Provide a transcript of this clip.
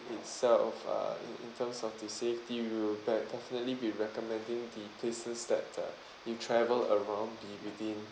itself uh in in terms of the safety we will be~ definitely be recommending the places that uh you travel around be within